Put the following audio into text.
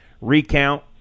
recount